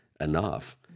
enough